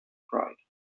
pride